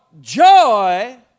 joy